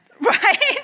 Right